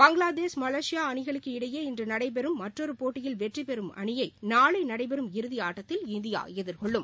Bangladesh Malaysia அணிகளுக்கு இடையே இன்று நடைபெறும் மற்றொரு போட்டியில் வெற்றி பெறும் அணியை நாளை நடைபெறும் இறுதி ஆட்டத்தில் இந்தியா எதிர்கொள்ளும்